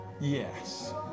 yes